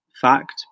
fact